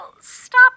stop